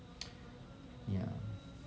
ya